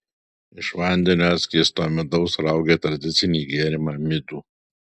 iš vandeniu atskiesto medaus raugė tradicinį gėrimą midų